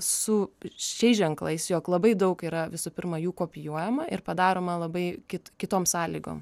su šiais ženklais jog labai daug yra visų pirma jų kopijuojama ir padaroma labai kit kitom sąlygom